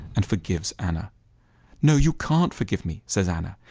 and forgives anna no, you can't forgive me, says anna.